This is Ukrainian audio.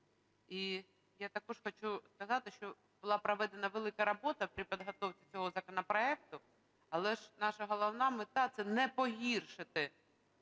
І я також хочу сказати, що була проведена велика робота при підготовці цього законопроекту, але ж наша головна мета – це не погіршити